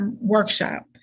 workshop